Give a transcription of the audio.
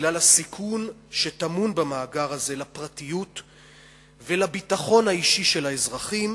שבגלל הסיכון שטמון במאגר הזה לפרטיות ולביטחון האישי של האזרחים